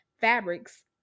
fabrics